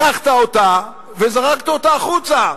לקחת אותה וזרקת אותה החוצה.